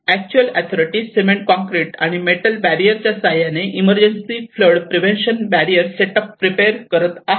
actually authority cement concrete आणि metal barrier च्या सहाय्याने emergency flood prevention barrier set up prepare करत आहे